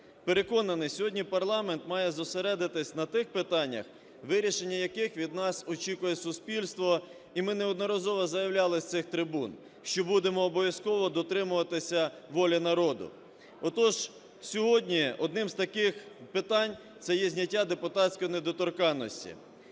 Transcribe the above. Переконаний, сьогодні парламент має зосередитись на тих питаннях, вирішення яких від нас очікує суспільство. І ми неодноразово заявляли з цих трибун, що будемо обов'язково дотримуватися волі народу. Отож, сьогодні одним з таких питань – це є зняття депутатської недоторканності.